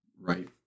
right